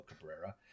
Cabrera